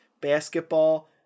basketball